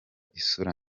isura